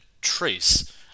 trace